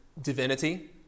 divinity